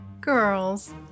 Girls